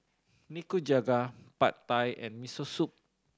Nikujaga Pad Thai and Miso Soup